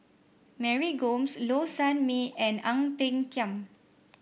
Mary Gomes Low Sanmay and Ang Peng Tiam